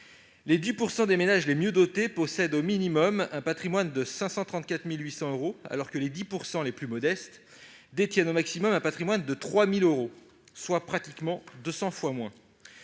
les 10 % des ménages les mieux dotés possèdent au minimum un patrimoine de 534 800 euros, alors que les 10 % les plus modestes détiennent au maximum un patrimoine de 3 000 euros, soit pratiquement deux cents fois moins.